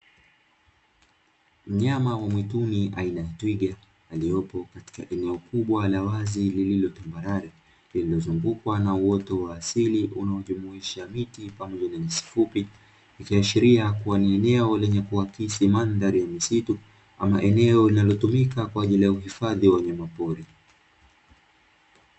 Mnyama wa mwituni aina ya twiga aliyopo katika eneo kubwa la wazi lililo tambarare lililozungukwa na uoto wa asili unaojumuisha miti pamoja na nyasi fupi , ikiashiria kuwa ni eneo lenye kuakisi mandhari ya misitu ama eneo linalotumika kwa ajili ya huhifadhi wa wanyamapori.